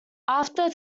after